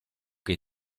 che